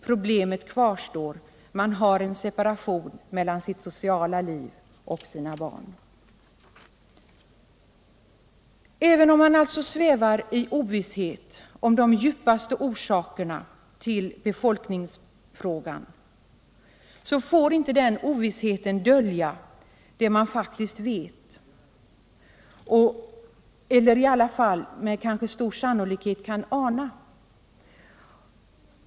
Problemet kvarstår: man har en separation mellan sitt sociala liv och sina barn.” Även om man alltså svävar i ovisshet om de djupaste orsakerna till situationen i befolkningsfrågan får inte den ovissheten dölja vad man faktiskt vet —-elleri varje fall vad man med stor sannolikhet kan ana.